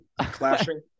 clashing